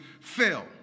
fell